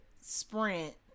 Sprint